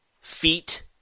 Feet